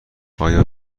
آیا